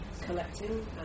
collecting